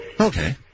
Okay